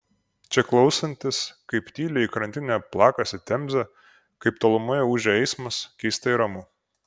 čia klausantis kaip tyliai į krantinę plakasi temzė kaip tolumoje ūžia eismas keistai ramu